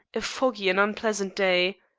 a foggy and unpleasant day.